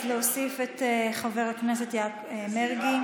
להוסיף את חבר הכנסת מרגי,